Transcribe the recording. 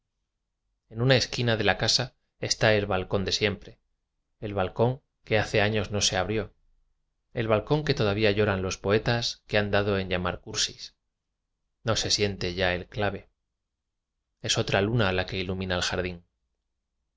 en una esquina de la casa está el balcón de siempre el balcón que hace años no se abrió el balcón que todavía lloran los poe tas que han dado en llamar cursis no se siente ya el clave es otra luna la que ilu mina el jardín